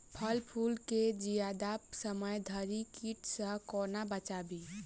फल फुल केँ जियादा समय धरि कीट सऽ कोना बचाबी?